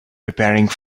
preparing